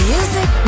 Music